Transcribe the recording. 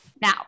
Now